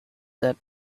that